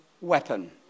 weapon